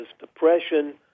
depression